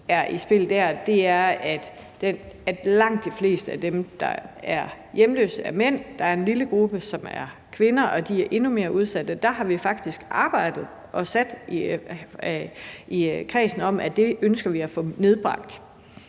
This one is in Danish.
er i spil der, er, at langt de fleste af dem, der er hjemløse, er mænd. Der er en lille gruppe, som er kvinder, og de er endnu mere udsatte. Og det har vi faktisk arbejdet med i kredsen; det ønsker vi at få nedbragt.